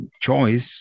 choice